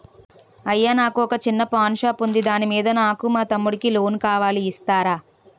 అయ్యా నాకు వొక చిన్న పాన్ షాప్ ఉంది దాని మీద నాకు మా తమ్ముడి కి లోన్ కావాలి ఇస్తారా?